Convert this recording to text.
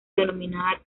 denominada